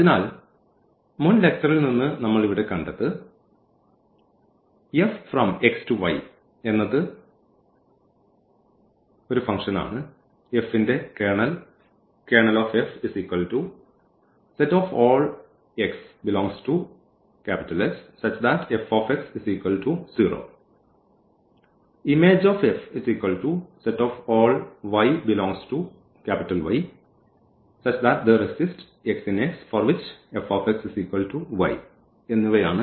അതിനാൽ മുൻ ലെക്ച്ചറിൽ നിന്ന് നമ്മൾ ഇവിടെ കണ്ടത് F X → Y എന്നത് Ker Im എന്നിവയാണ്